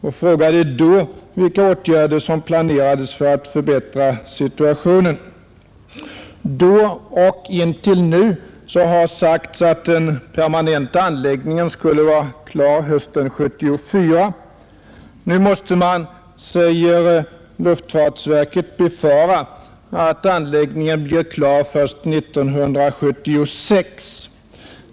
Jag frågade då vilka åtgärder som planerades för att förbättra situationen. Då och intill nu har sagts att den permanenta anläggningen skulle vara klar hösten 1974. Nu måste man, säger luftfartsverket, befara att anläggningen blir klar först 1976.